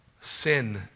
sin